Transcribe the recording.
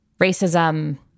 racism